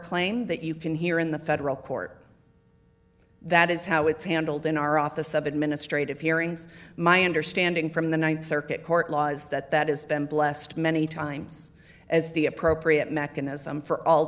claim that you can hear in the federal court that is how it's handled in our office of administrative hearings my understanding from the th circuit court laws that that has been blessed many times as the appropriate mechanism for all